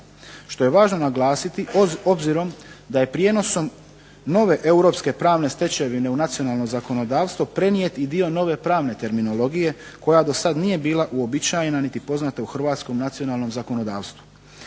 što je važno naglasiti obzirom da je prijenosom nove europske pravne stečevine u nacionalno zakonodavstvo prenijet i dio nove pravne terminologije koja do sad nije bila uobičajena niti poznata u hrvatskom nacionalnom zakonodavstvu.